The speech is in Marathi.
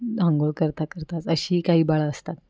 अंघोळ करता करताच अशी काही बाळं असतात